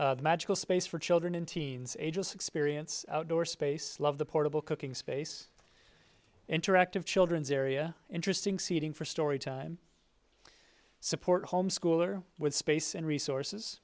kids magical space for children and teens ages experience outdoor space love the portable cooking space interactive children's area interesting seating for story time support homeschooler with space and resources